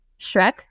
Shrek